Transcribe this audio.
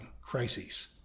crises